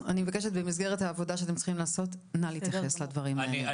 במסגרת העבודה שאתם צריכים לעשות נא להתייחס לדברים האלה.